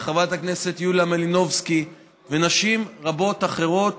וחברת הכנסת יוליה מלינובסקי ונשים רבות אחרות